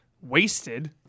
wasted